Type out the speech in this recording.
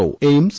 O AIIMS